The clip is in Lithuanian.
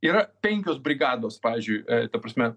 yra penkios brigados pavyzdžiui ta prasme